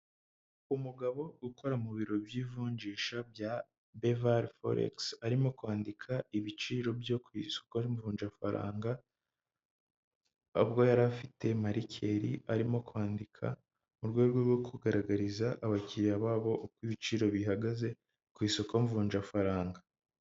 Umugabo ukora mu biro by'ivunjisha bya bevari foresi. Arimo kwandika ibiciro byo ku isoko mvunjafaranga, ubwo yari afite marikeli arimo kwandika mu rwego rwo kugaragariza abakiriya babo uko ibiciro bihagaze ku isoko mvunjafaranga.